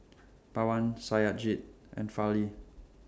Pawan Satyajit and Fali